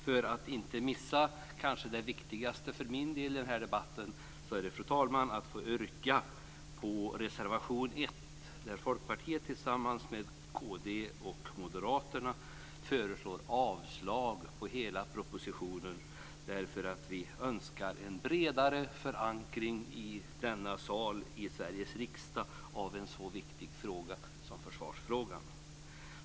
För att inte missa det viktigaste för min del i debatten yrkar jag bifall till reservation 1, där Folkpartiet tillsammans med Kristdemokraterna och Moderaterna föreslår avslag på hela propositionen därför att vi önskar en bredare förankring i denna sal, i Sveriges riksdag, i en så viktig fråga som försvarsfrågan.